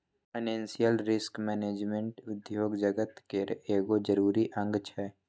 financial risk management उद्योग जगत केर एगो जरूरी अंग छै